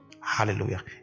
Hallelujah